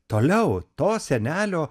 toliau to senelio